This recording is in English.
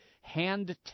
hand